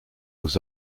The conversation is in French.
aux